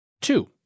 Two